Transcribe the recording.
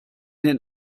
den